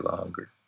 longer